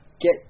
get